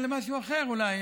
למשהו אחר אולי,